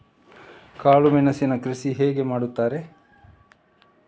ಕಾಳು ಮೆಣಸಿನ ಕೃಷಿ ಹೇಗೆ ಮಾಡುತ್ತಾರೆ?